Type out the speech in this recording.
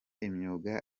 imyuga